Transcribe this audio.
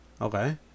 Okay